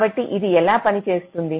కాబట్టి ఇది ఎలా పని చేస్తుంది